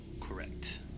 Correct